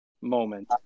moment